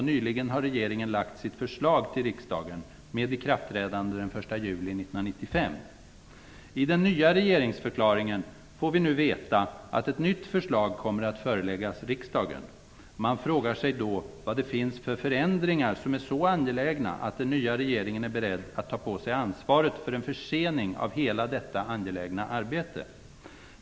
Nyligen har regeringen lagt fram sitt förslag för riksdagen, med ikraftträdande den I den nya regeringsförklaringen får vi nu veta att ett nytt förslag kommer att föreläggas riksdagen. Man frågar sig då vad det finns för förändringar som är så angelägna att den nya regeringen är beredd att ta på sig ansvaret för en försening av hela detta angelägna arbete.